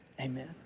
Amen